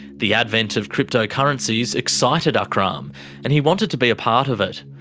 the advent of cryptocurrencies excited akram and he wanted to be a part of it.